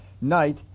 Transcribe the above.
night